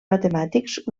matemàtics